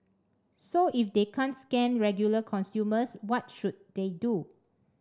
so if they can't scam regular consumers what should they do